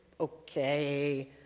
okay